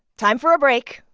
time for a break.